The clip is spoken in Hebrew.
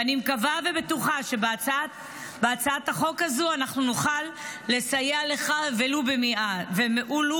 ואני מקווה ובטוחה שבהצעת החוק הזו אנחנו נוכל לסייע לך ולו במעט.